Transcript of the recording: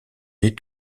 des